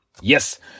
Yes